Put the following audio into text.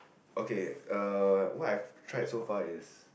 okay uh what I've tried so far is